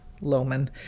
Loman